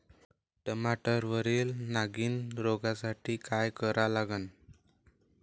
टमाट्यावरील नागीण रोगसाठी काय करा लागन?